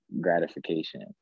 gratification